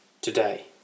today